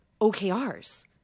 OKRs